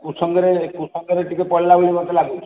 କୁସଙ୍ଗରେ କୁସଙ୍ଗରେ ଟିକେ ପଡ଼ିଲା ବୋଲି ମୋତେ ଲାଗୁଛି